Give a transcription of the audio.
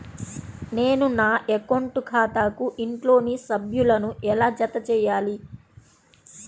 నేను నా అకౌంట్ ఖాతాకు ఇంట్లోని సభ్యులను ఎలా జతచేయాలి?